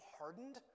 hardened